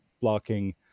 blocking